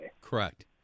Correct